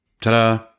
ta-da